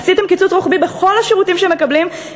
עשיתם קיצוץ רוחבי בכל השירותים שמקבלים,